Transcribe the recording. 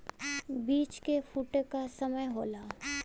बीज के फूटे क समय होला